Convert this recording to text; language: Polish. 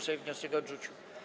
Sejm wniosek odrzucił.